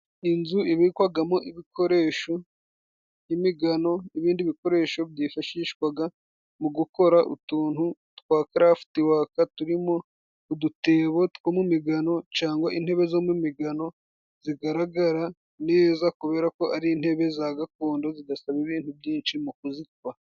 Inzu ibikwagamo ibikoresho，nk'imigano n'ibindi bikoresho byifashishwaga mu gukora utuntu twa karafutiwaka，turimo udutebo two mu migano， cangwa intebe zo mu migano， zigaragara neza kubera ko ari intebe za gakondo zidasaba ibintu byinshi mu kuzikora.